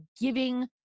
giving